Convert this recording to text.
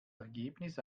ergebnis